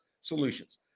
solutions